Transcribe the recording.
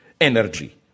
energy